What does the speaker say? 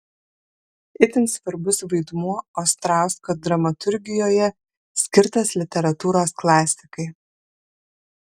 itin svarbus vaidmuo ostrausko dramaturgijoje skirtas literatūros klasikai